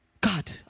God